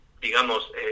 digamos